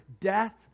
death